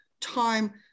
time